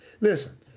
Listen